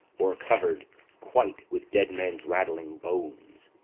o'ercover'd quite with dead men's rattling bones,